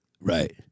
Right